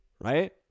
right